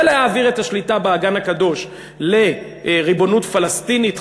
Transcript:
ולהעביר את השליטה באגן הקדוש לריבונות פלסטינית "חמאסית"